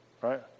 right